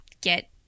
get